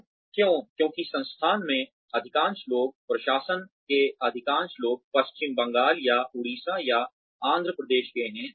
तो क्यों क्योंकि संस्थान में अधिकांश लोग प्रशासन के अधिकांश लोग पश्चिम बंगाल या उड़ीसा या आंध्र प्रदेश के हैं